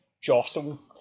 jostle